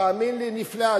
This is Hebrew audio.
תאמין לי, נפלא.